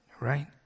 right